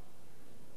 יהי זכרו